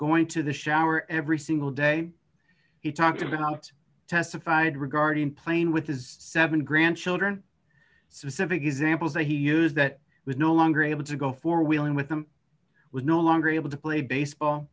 going to the shower every single day he talked about testified regarding playing with his seven grandchildren specific examples that he used that was no longer able to go four wheeling with them was no longer able to play baseball